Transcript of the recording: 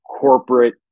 corporate